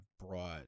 brought